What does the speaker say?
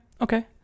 okay